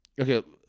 Okay